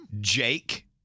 Jake